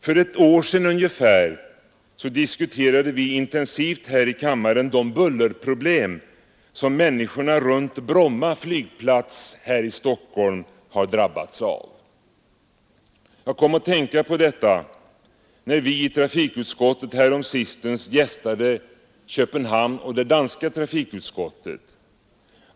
För ungefär ett år sedan diskuterade vi här i kammaren intensivt de bullerproblem som människorna runt Bromma flygplats här i Stockholm har drabbats av. Jag kom att tänka på detta när vi i trafikutskottet häromsistens gästade Köpenhamn och det danska trafikutskottet.